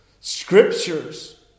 scriptures